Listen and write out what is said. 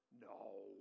no